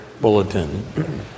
bulletin